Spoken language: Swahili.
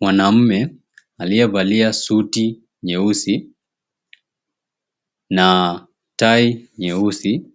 mwanamme aliyevalia suti nyeusi na tai nyeusi.